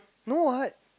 no what